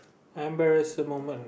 embarrassing moment